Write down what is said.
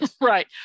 Right